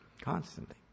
Constantly